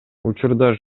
учурда